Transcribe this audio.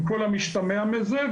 עם כל המשתמע מזה.